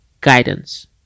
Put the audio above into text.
guidance